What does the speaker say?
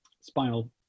spinal